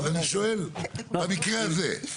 אז אני שואל, במקרה הזה?